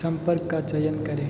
संपर्क का चयन करें